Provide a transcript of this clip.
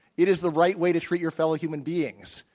it is the right way to treat your fellow human beings.